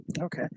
Okay